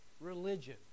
religion